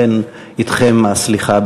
לכן אתכם הסליחה,